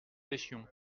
pêchions